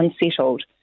unsettled